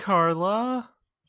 Carla